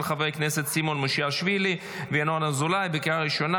של חברי הכנסת סימון מושיאשוילי וינון אזולאי בקריאה ראשונה.